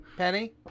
Penny